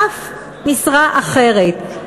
אף משרה אחרת,